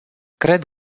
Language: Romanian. cred